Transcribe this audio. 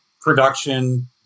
production